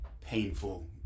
painful